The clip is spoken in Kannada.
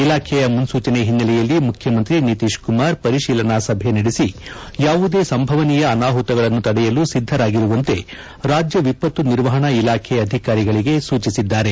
ಇಲಾಖೆಯ ಮುನ್ಪೂಚನೆ ಹಿನ್ನೆಲೆಯಲ್ಲಿ ಮುಖ್ಯಮಂತ್ರಿ ನಿತಿಶ್ ಕುಮಾರ್ ಪರಿಶೀಲನಾ ಸಭೆ ನಡೆಸಿ ಯಾವುದೇ ಸಂಭವನೀಯ ಅನಾಹುತಗಳನ್ನು ತಡೆಯಲು ಸಿದ್ದರಾಗಿರುವಂತೆ ರಾಜ್ಯ ವಿಪತ್ತು ನಿರ್ವಹಣಾ ಇಲಾಖೆ ಅಧಿಕಾರಿಗಳಿಗೆ ಸೂಚಿಸಿದ್ದಾರೆ